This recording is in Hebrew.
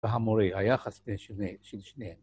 והאמורי, היחס של שניהם.